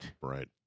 Right